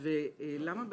למה,